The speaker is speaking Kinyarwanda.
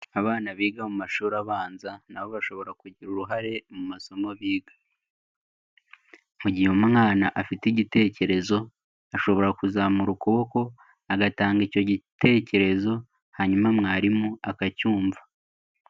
Abana biga mu mashuri abanza, nabo bashobora kugira uruhare mu masomo biga, mu gihe umwana afite igitekerezo, ashobora kuzamura ukuboko agatanga icyo gitekerezo, hanyuma mwarimu akacyumva.